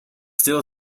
still